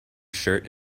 shirt